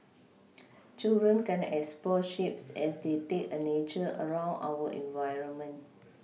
children can explore shapes as they take a nature around our environment